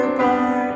bar